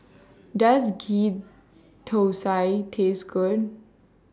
Does Ghee Thosai Taste Good